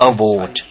Award